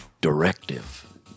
Directive